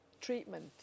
treatment